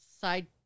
side